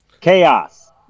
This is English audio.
chaos